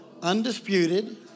undisputed